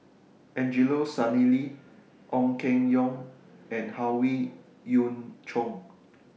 Angelo Sanelli Ong Keng Yong and Howe Yoon Chong